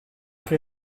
che